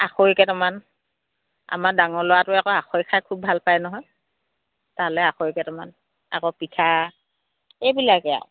আখৈ কেইটামান আমাৰ ডাঙৰ ল'ৰাটোৱে আকৌ আখৈ খাই খুব ভাল পায় নহয় তালৈ আকৈ কেইটামান আকৌ পিঠা এইবিলাকেই আৰু